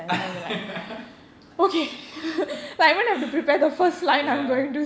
ya